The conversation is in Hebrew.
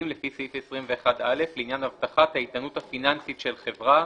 לפי סעיף 21א לעניין הבטחת האיתנות הפיננסית של חברה,